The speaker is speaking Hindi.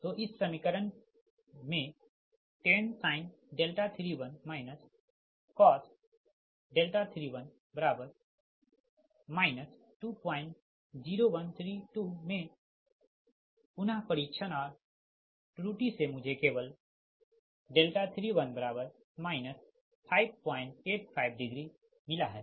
तो इस समीकरण 10sin 31 cos 31 20132 में पुनः परीक्षण और त्रुटि से मुझे केवल 31 585मिला है